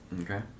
Okay